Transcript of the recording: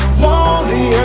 lonely